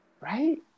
right